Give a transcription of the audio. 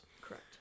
Correct